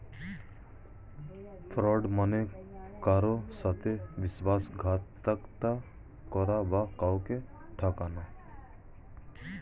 fraud মানে কারুর সাথে বিশ্বাসঘাতকতা করা বা কাউকে ঠকানো